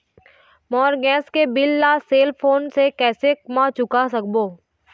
मोर gas के bill ला cell phone से कैसे म चुका सकबो?